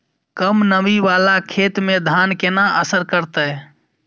कम नमी वाला खेत में धान केना असर करते?